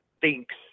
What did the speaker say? thinks